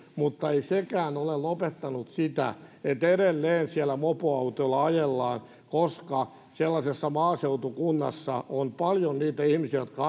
ei sekään ole lopettanut sitä edelleen siellä mopoautoilla ajellaan koska sellaisessa maaseutukunnassa on paljon niitä ihmisiä jotka